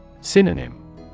Synonym